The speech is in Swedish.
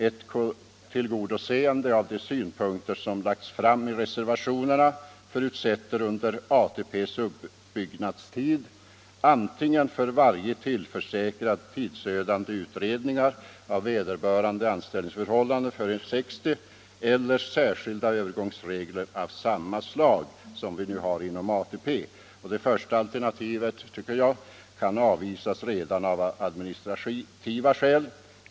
Ett tillgodoseende av de synpunkter som lagts fram i reservationerna förutsätter under ATP:s uppbyggnadstid antingen för varje försäkrad tidsödande utredningar av vederbörandes anställningsförhållanden före 60 års ålder eller särskilda övergångsregler av samma slag som vi nu har inom ATP. Det första alternativet tycker jag kan avvisas redan av administrativa skäl.